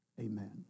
Amen